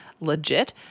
legit